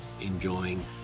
enjoying